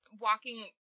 walking